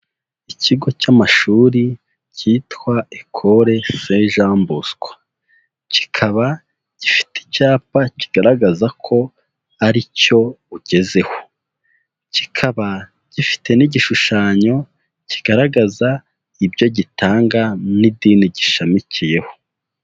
Ikigo cy'amashuri cyitwa Ecole St Jean Bosco, kikaba gifite icyapa kigaragaza ko ari cyo ugezeho, kikaba gifite n'igishushanyo kigaragaza ibyo gitanga n'idini gishamikiyeho.